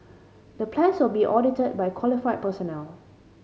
the plans will be audited by qualified personnel